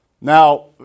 Now